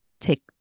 take